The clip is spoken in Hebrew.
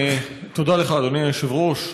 תודה לך, אדוני היושב-ראש.